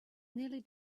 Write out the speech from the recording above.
nearly